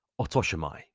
otoshimai